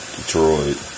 Detroit